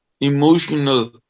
emotional